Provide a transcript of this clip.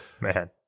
man